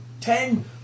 Ten